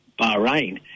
Bahrain